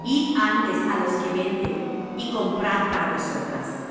id antes á los que venden y comprad para vosotras